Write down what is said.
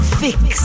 fix